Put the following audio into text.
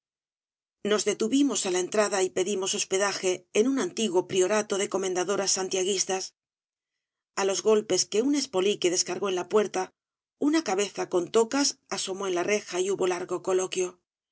nos detuvimos á la entrada y pedimos hospedaje en un antiguo priorato de comendadoras santiaguistas á los golpes que un espolique descargó en la puerta una cabeza con tocas asomó en la reja y hubo largo coloquio